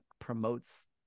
promotes